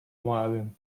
violin